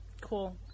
Cool